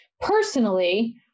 personally